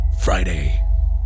Friday